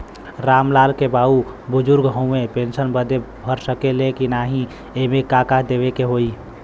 राम लाल के बाऊ बुजुर्ग ह ऊ पेंशन बदे भर सके ले की नाही एमे का का देवे के होई?